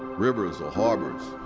rivers, or harbors.